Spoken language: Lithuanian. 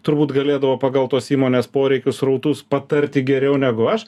turbūt galėdavo pagal tos įmonės poreikius srautus patarti geriau negu aš